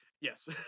Yes